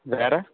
வேறு